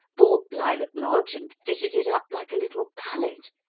bought lilac lodge and fitted it up like a little palace,